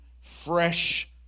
fresh